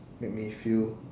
make me feel